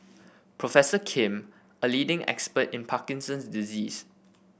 professor Kim a leading expert in Parkinson's disease